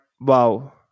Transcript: wow